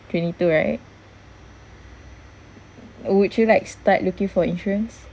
twenty two right would you like start looking for insurance